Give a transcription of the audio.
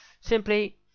Simply